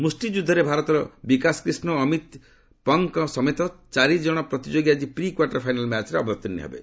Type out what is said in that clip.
ମୁଷ୍ଟିଯୁଦ୍ଧରେ ଭାରତର ବିକାଶ କ୍ରିଷ୍ଣ ଓ ଅମିତ ପଙ୍ଘଙ୍କ ସମେତ ଚାରି ଜଣ ପ୍ରତିଯୋଗି ଆଜି ପ୍ରି କ୍ୱାର୍ଟର ଫାଇନାଲ୍ ମ୍ୟାଚ୍ରେ ଅବତିର୍ଣ୍ଣ ହେବେ